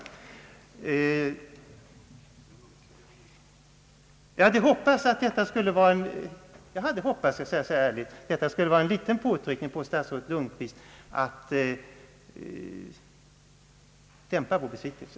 Jag hade verkligen hoppats, det vill jag ärligt säga ifrån, att jag skulle kunna öva påtryckning på statsrådet Lundkvist att dämpa vår besvikelse.